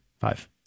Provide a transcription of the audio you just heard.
Five